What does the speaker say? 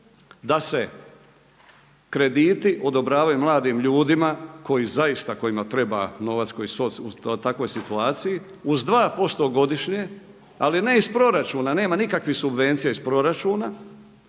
da se krediti odobravaju mladim ljudima koji zaista, kojima treba novac koji su u takvoj situaciji uz 2% godišnje, ali ne iz proračuna. Nema nikakvih subvencija iz proračuna,